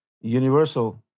Universal